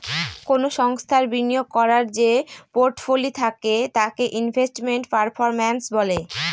কোনো সংস্থার বিনিয়োগ করার যে পোর্টফোলি থাকে তাকে ইনভেস্টমেন্ট পারফরম্যান্স বলে